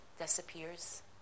disappears